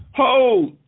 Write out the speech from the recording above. hold